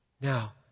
Now